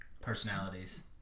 personalities